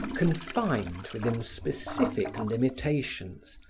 confined within specific limitations,